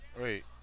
Wait